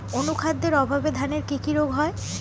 অনুখাদ্যের অভাবে ধানের কি কি রোগ হয়?